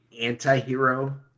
anti-hero